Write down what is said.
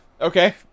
Okay